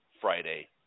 Friday